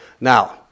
Now